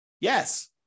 Yes